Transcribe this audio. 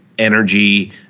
energy